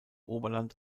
oberland